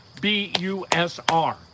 BUSR